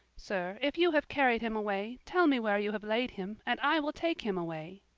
sir, if you have carried him away, tell me where you have laid him, and i will take him away.